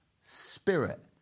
spirit